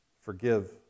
forgive